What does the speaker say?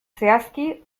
zehazki